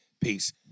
Peace